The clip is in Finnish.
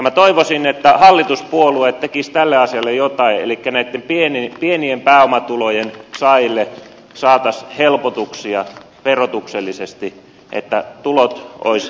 minä toivoisin että hallituspuolueet tekisivät tälle asialle jotain elikkä näitten pienien pääomatulojen saajille saataisiin helpotuksia verotuksellisesti jotta tulot olisivat oikeudenmukaisemmat